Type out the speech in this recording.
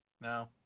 No